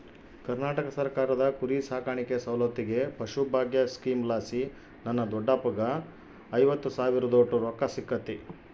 ಕರ್ನಾಟಕ ಸರ್ಕಾರದ ಕುರಿಸಾಕಾಣಿಕೆ ಸೌಲತ್ತಿಗೆ ಪಶುಭಾಗ್ಯ ಸ್ಕೀಮಲಾಸಿ ನನ್ನ ದೊಡ್ಡಪ್ಪಗ್ಗ ಐವತ್ತು ಸಾವಿರದೋಟು ರೊಕ್ಕ ಸಿಕ್ಕತೆ